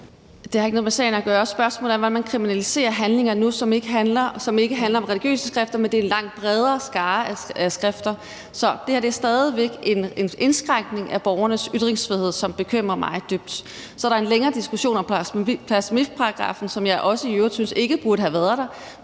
Det har ikke noget med sagen at gøre. Sagen er, at man kriminaliserer handlinger nu, som ikke handler om religiøse skrifter, men om en langt bredere skare af skrifter. Så det her er stadig væk en indskrænkning af borgernes ytringsfrihed, som bekymrer mig dybt. Så er der en længere diskussion om blasfemiparagraffen, som jeg i øvrigt også synes ikke burde have været der,